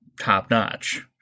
top-notch